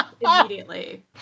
immediately